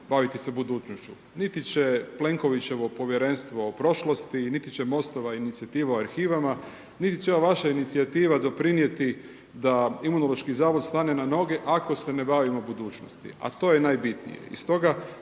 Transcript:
baviti se budućnošću. Niti će Plenkovićevo povjerenstvo o prošlosti, niti će MOST-ova inicijativa o arhivama, niti će ova vaša inicijativa doprinijeti da Imunološki zavod stane na noge ako se ne bavimo budućnosti. A to je najbitnije.